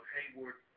Hayward